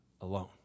alone